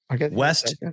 West